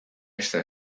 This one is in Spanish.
esta